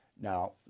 now